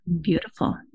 beautiful